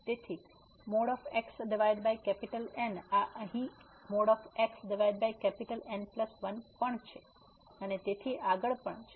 તેથી xN આ અહીં xN1 પણ છે અને તેથી આગળ પણ છે